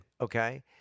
Okay